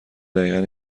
دقیقن